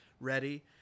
ready